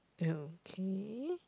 okay